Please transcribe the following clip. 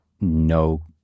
no